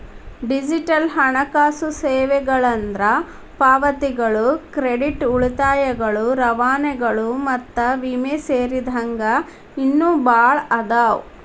digital ಹಣಕಾಸು ಸೇವೆಗಳಂದ್ರ ಪಾವತಿಗಳು ಕ್ರೆಡಿಟ್ ಉಳಿತಾಯಗಳು ರವಾನೆಗಳು ಮತ್ತ ವಿಮೆ ಸೇರಿದಂಗ ಇನ್ನೂ ಭಾಳ್ ಅದಾವ